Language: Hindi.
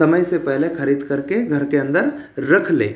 समय से पहले खरीद करके घर के अंदर रख लें